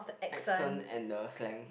accent and the slang